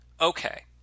Okay